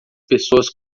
pessoas